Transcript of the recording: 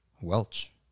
Welch